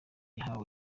yahawe